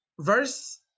verse